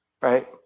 right